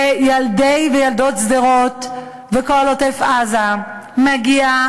לילדי ולילדות שדרות וכל עוטף-עזה מגיעות